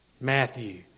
Matthew